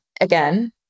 again